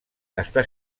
està